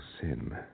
sin